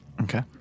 Okay